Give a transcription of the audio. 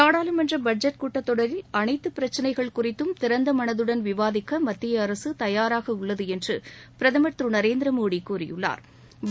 நாடாளுமன்ற பட்ஜெட் கூட்டத் தொடரில் அனைத்து பிரச்சினைகள் குறித்தும் திறந்த மனத்துடன் விவாதிக்க மத்திய அரசு தயாராக உள்ளது என்று பிரதமர் திரு நரேந்திர மோடி கூறியுள்ளாா்